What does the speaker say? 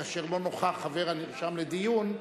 כאשר לא נוכח חבר הנרשם לדיון,